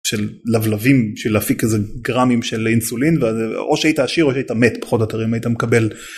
של לבלבים בשביל להפיק איזה גרמים של אינסולין או שהיית עשיר או שהיית מת פחות או יותר אם היית מקבל.